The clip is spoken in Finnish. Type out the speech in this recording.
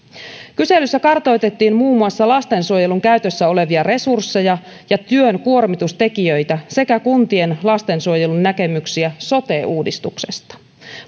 kyselyssä kartoitettiin muun muassa lastensuojelun käytössä olevia resursseja ja työn kuormitustekijöitä sekä kuntien lastensuojelun näkemyksiä sote uudistuksesta